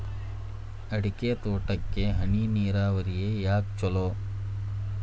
ಅಡಿಕೆ ತೋಟಕ್ಕ ಹನಿ ನೇರಾವರಿಯೇ ಯಾಕ ಛಲೋ?